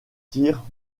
tirent